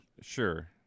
Sure